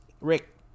Rick